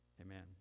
amen